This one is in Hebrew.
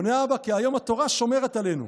עונה האבא: כי היום התורה שומרת עלינו.